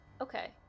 okay